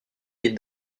est